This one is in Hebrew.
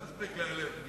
מספיק להיעלב.